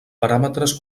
paràmetres